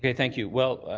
thank you. well,